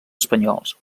espanyols